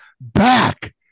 back